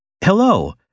Hello